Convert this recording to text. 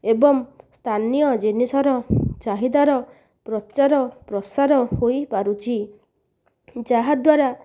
ଏବଂ ସ୍ଥାନୀୟ ଜିନିଷର ଚାହିଦାର ପ୍ରଚାର ପ୍ରସାର ହୋଇପାରୁଛି ଯାହାଦ୍ୱାରା